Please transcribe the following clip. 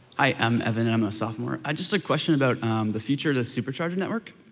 i'm evan. i'm a sophomore. just a question about the future of the super charger network.